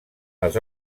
les